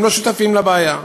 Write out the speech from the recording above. הם לא שותפים לבעיה.